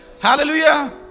Hallelujah